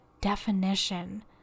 definition